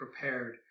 prepared